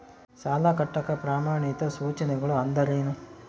ಸಾಲ ಕಟ್ಟಾಕ ಪ್ರಮಾಣಿತ ಸೂಚನೆಗಳು ಅಂದರೇನು?